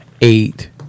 eight